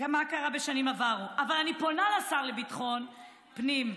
אבל אני פונה לשר לביטחון פנים,